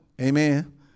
Amen